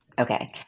Okay